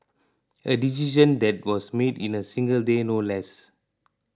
a decision that was made in a single day no less